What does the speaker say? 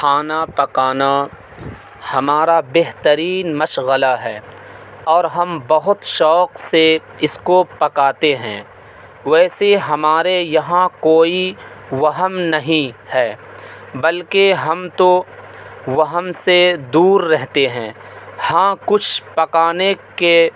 کھانا پکانا ہمارا بہترین مشغلہ ہے اور ہم بہت شوق سے اس کو پکاتے ہیں ویسے ہمارے یہاں کوئی وہم نہیں ہے بلکہ ہم تو وہم سے دور رہتے ہیں ہاں کچھ پکانے کے